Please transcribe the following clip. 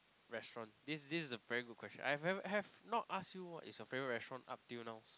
restaurant this this is a very good question I've have have not asked you what is your favourite restaurant up till now